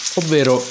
ovvero